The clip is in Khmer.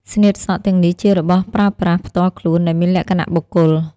ស្នៀតសក់ទាំងនេះជារបស់ប្រើប្រាស់ផ្ទាល់ខ្លួនដែលមានលក្ខណៈបុគ្គល។